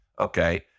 okay